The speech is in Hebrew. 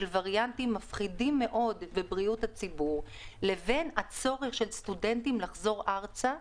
של וריאנטים מפחידים ובריאות לבין הצורך של סטודנטים לחזור ארצה,